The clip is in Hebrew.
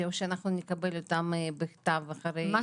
או שאנחנו נקבל אותם בכתב אחרי הדיון?